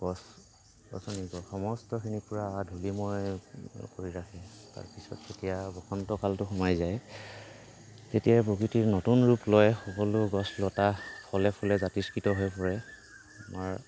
গছ গছনি সমস্তখিনিক পূৰা ধূলিময় কৰি ৰাখে তাৰপিছত তেতিয়া বসন্তকালটো সোমাই যায় তেতিয়াই প্ৰকৃতিয়ে নতুন ৰূপ লয় সকলো গছ লতা ফলে ফুলে জাতিস্কৃত হৈ পাৰে আমাৰ